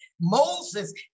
Moses